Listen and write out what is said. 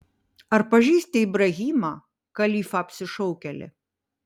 ar pažįsti ibrahimą kalifą apsišaukėlį